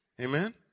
Amen